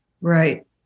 Right